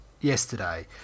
Yesterday